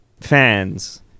fans